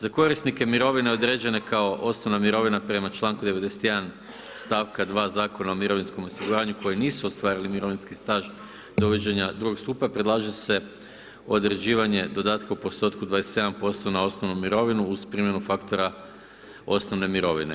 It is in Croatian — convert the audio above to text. Za korisnike mirovina određene kao osnovna mirovina prema članku 91., stavka 2., Zakona o mirovinskom osiguranju, koji nisu ostvarili mirovinski staž do uvođenja drugog stupa, predlaže se određivanje dodatka u postotku, 27% na osnovnu mirovinu uz primjenu faktora osnovne mirovine.